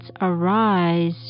Arise